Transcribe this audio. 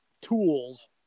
tools